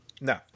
No